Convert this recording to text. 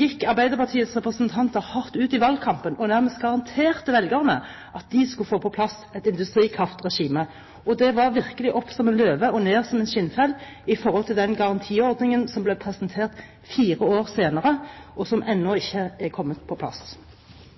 gikk Arbeiderpartiets representanter hardt ut i valgkampen og nærmest garanterte velgerne at de skulle få på plass et industrikraftregime. Det var virkelig opp som en løve og ned som en skinnfell i forhold til den garantiordningen som ble presentert fire år senere, og som ennå ikke er kommet på plass.